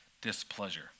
displeasure